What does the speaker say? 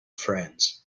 friends